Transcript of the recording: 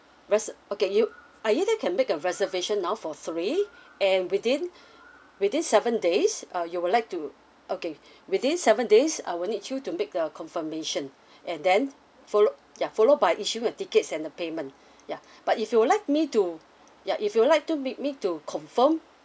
res uh okay you uh either can make a reservation now for three and within within seven days uh you will like to okay within seven days I will need you to make a confirmation and then followed ya followed by issuing of tickets and the payment ya but if you'll like me to ya if you'll like to need me to confirm